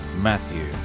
Matthew